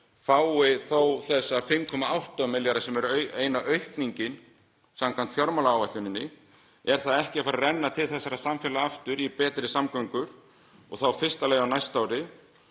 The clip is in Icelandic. fái þó þessa 5,8 milljarða, sem er eina aukningin samkvæmt fjármálaáætluninni. Er það ekki að fara að renna til þessara samfélaga aftur, í betri samgöngur, í fyrsta lagi á næsta